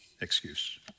excuse